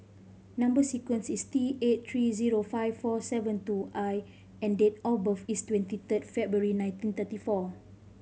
number sequence is T eight three zero five four seven two I and date of birth is twenty third February nineteen thirty four